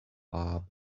bob